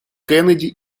кеннеди